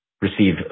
receive